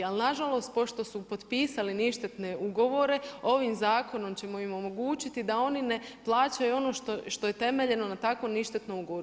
Ali nažalost, pošto su potpisali ništetne ugovore, ovim zakonom ćemo im omogućiti da oni ne plaćaju ono što je temeljeno na takvom ništetnom ugovoru.